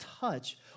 touch